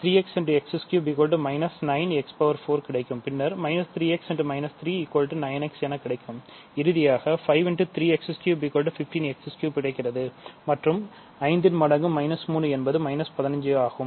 15x 3 கிடைக்கிறது மற்றும் 5 மடங்கு 3 என்பது 15 ஆகும்